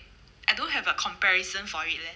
I don't have a comparison for it leh